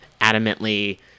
adamantly